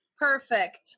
Perfect